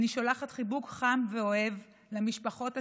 אני שולחת חיבוק חם ואוהב למשפחות השכולות,